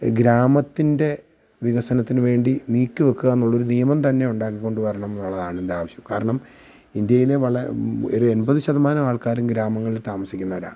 ഗ്രാമത്തിൻ്റെ വികസനത്തിന് വേണ്ടി നീക്കി വെക്കുകയെന്നുള്ളൊരു നിയമം തന്നെ ഉണ്ടാക്കിക്കൊണ്ട് വരണം എന്നുള്ളതാണെൻ്റെ ആവശ്യം കാരണം ഇന്ത്യയിലെ വളരെ ഒരെൺപത് ശതമാനം ആൾക്കാരും ഗ്രാമങ്ങളിൽ താമസിക്കുന്നവരാണ്